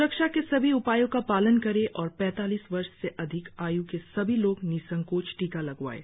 स्रक्षा के सभी उपायों का पालन करें और पैतालीस वर्ष से अधिक आय के सभी लोग निसंकोच टीका लगवाएं